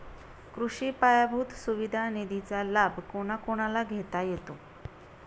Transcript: कृषी पायाभूत सुविधा निधीचा लाभ कोणाकोणाला घेता येतो?